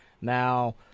Now